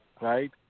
right